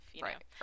Right